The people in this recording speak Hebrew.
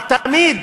אבל תמיד,